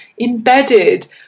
embedded